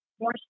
more